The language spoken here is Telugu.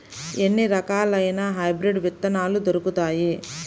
ఎన్ని రకాలయిన హైబ్రిడ్ విత్తనాలు దొరుకుతాయి?